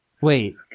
Wait